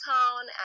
Town